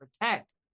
protect